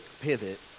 pivot